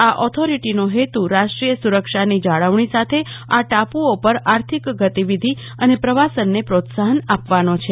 આ ઓથોરિટીનો હેતુ રાષ્ટ્રીય સુ રક્ષાની જાળવણી સાથે આ ટાપુ ઓ પર આર્થિક ગતિવિધી અને પ્રવાસનને પ્રોત્સાહન આપવાનો છે